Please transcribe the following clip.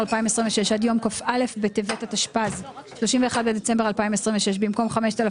2026) עד יום כ"א בטבת התשפ"ז (31 בדצמבר 2026) במקום "5,000"